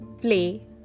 play